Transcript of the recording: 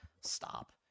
Stop